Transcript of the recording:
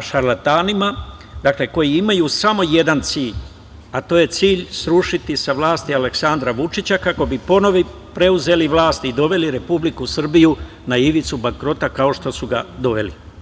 šarlatanima, koji imaju samo jedan cilj, a to je cilj srušiti sa vlasti Aleksandra Vučića kako bi ponovo preuzeli vlast i doveli Republiku Srbiju na ivicu bankrota kao što su ga doveli.